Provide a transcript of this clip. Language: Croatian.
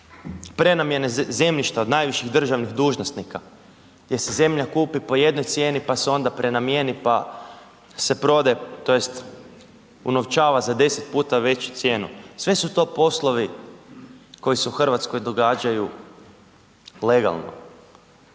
Prenamjene zemljišta od najviših državnih dužnosnika, gdje se zemlja kupi po jednoj cijeni, pa se onda prenamijeni pa se prodaje tj. unovčava za 10 puta veću cijenu. Sve su to poslovi koji se u Hrvatskoj događaju legalno.